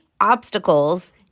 obstacles